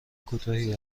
کوتاهی